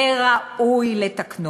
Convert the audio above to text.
וראוי לתקנו.